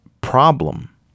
problem